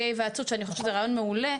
היוועצות שאני חושבת שזה רעיון מעולה,